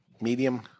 medium